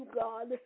God